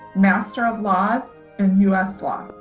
master of laws in us law.